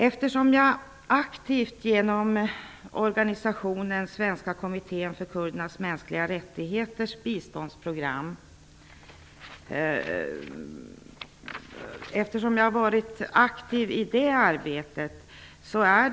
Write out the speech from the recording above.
Jag har varit aktiv i organisationen Svenska kommittén för kurdernas mänskliga rättigheter och arbetat med dess biståndsprogram.